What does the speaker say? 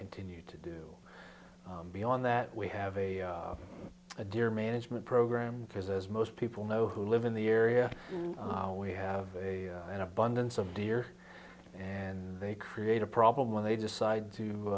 continue to do beyond that we have a dear management program because as most people know who live in the area we have an abundance of deer and they create a problem when they decide to